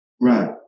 right